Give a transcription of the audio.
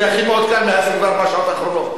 זה הכי מעודכן, מ-24 השעות האחרונות.